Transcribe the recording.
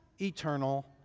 eternal